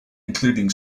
including